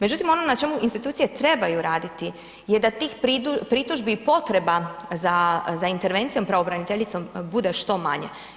Međutim, ono na čemu institucije trebaju raditi je da tih pritužbi i potreba za intervencijom pravobraniteljicom bude što manje.